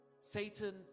satan